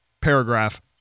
paragraph